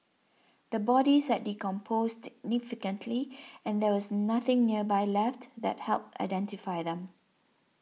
the bodies had decomposed nificantly and there was nothing nearby left that helped identify them